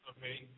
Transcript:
Okay